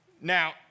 Now